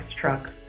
trucks